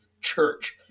Church